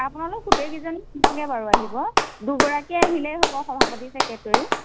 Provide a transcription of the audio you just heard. আপোনালোক গোটেইকেইজন নালাগে বাৰু আহিব দুগৰাকীয়ে আহিলেই হ'ব সভাপতি ছেকেটৰী